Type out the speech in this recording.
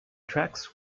tracks